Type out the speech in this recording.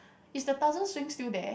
is the Tarzan swing still there